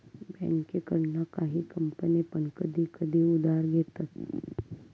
बँकेकडना काही कंपने पण कधी कधी उधार घेतत